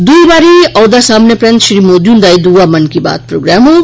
दुई बारी ओह्दा साम्मने परैंत श्री मोदी हुंदा एह दूआ मन की बात प्रोग्राम होग